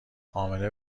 امنه